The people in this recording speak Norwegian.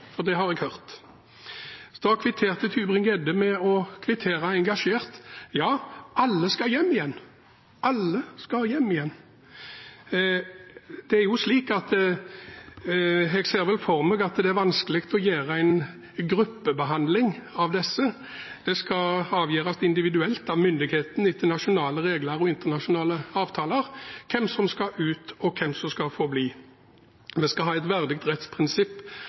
bosetting. Det har jeg hørt. Da kvitterte Tybring-Gjedde engasjert med at ja, alle skal hjem igjen – alle skal hjem igjen. Jeg ser for meg at det er vanskelig å ha en gruppebehandling av disse. Det skal avgjøres individuelt av myndighetene etter nasjonale regler og internasjonale avtaler hvem som skal ut og hvem som skal få bli. Vi skal ha et verdig rettsprinsipp